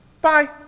bye